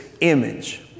image